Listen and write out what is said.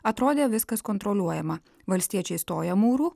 atrodė viskas kontroliuojama valstiečiai stoja mūru